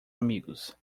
amigos